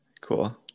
Cool